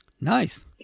Nice